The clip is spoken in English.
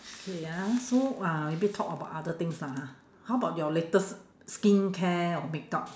wait ah so ah maybe talk about other things lah ha how about your latest skincare or makeup